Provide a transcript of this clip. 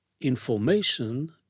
information